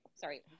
sorry